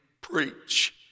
preach